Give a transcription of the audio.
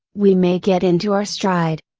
we may get into our stride.